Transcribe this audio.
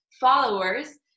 followers